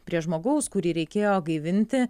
prie žmogaus kurį reikėjo gaivinti